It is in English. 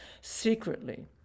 secretly